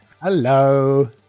Hello